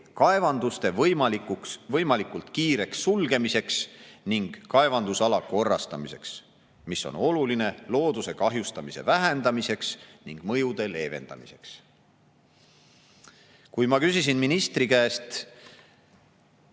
kaevanduste võimalikult kiireks sulgemiseks ning kaevandusala korrastamiseks, mis on oluline looduse kahjustamise vähendamiseks ning mõjude leevendamiseks." Kui ma küsisin ministri käest,